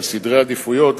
על סדרי עדיפויות,